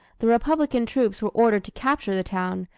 the republican troops were ordered to capture the town,